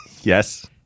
Yes